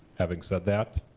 having said that,